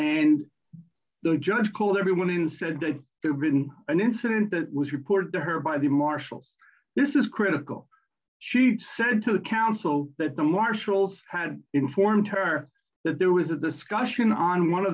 and the judge called everyone and said that there's been an incident that was reported to her by the marshals this is critical she said to the council that the marshals had informed her that there was a discussion on one of